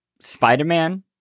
Spider-Man